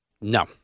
No